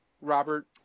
Robert